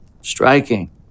striking